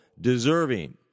deserving